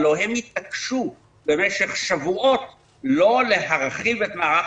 הלא הם התעקשו במשך שבועות לא להרחיב את מערך